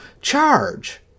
charge